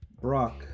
Brock